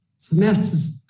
semester's